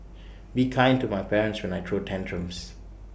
be kind to my parents when I throw tantrums